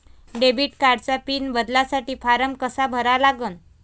Debit कार्डचा pin बदलासाठी form कसा भरा लागन?